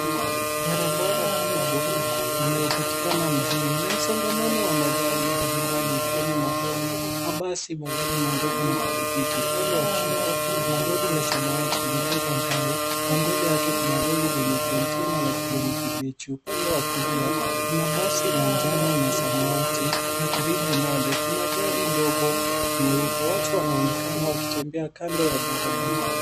Barabara kubwa inayopatikana mjini ,ina msongamano wa magari mbali mbali ikiwemo malorry ,mabasi, magari madogo na pikipiki. Upande wa kushoto Kuna lorry la samawati limebeba mbao ,na mbele yake Kuna lorry lenye container la kijani kibichi. Upande wa kulia Kuna basi la njano na samawati ,na karibu nalo kuna gari ndogo nyeupe. Watu wanaonekana wakitembea kando ya barabara.